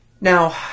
Now